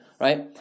Right